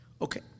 Okay